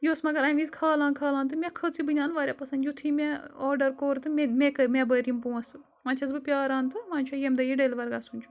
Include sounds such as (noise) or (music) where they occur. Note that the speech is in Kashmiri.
یہِ اوس مگر اَمہِ وِزِ کھالان کھالان تہٕ مےٚ کھٔژ یہِ بٕنیٛان واریاہ پَسنٛد یِتھُے مےٚ آڈَر کوٚر تہٕ مےٚ مےٚ (unintelligible) مےٚ بٔرۍ یِم پونٛسہٕ وۄنۍ چھَس بہٕ پیٛاران تہٕ وۄنۍ چھُ ییٚمہِ دۄہ یہِ ڈٮ۪لوَر گژھُن چھُ